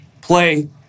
play